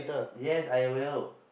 yes I will